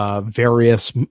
Various